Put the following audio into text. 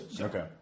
Okay